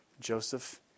Joseph